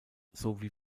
sowie